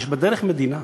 יש בדרך מדינה.